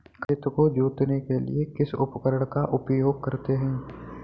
खेत को जोतने के लिए किस उपकरण का उपयोग करते हैं?